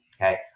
Okay